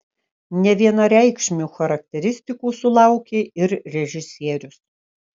nevienareikšmių charakteristikų sulaukė ir režisierius